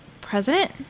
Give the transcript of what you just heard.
President